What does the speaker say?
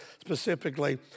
specifically